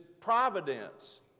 providence